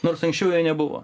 nors anksčiau jo nebuvo